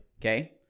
Okay